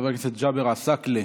חבר הכנסת ג'אבר עסאקלה,